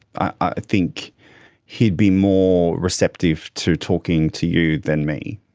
i think he'd be more receptive to talking to you than me.